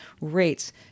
Rates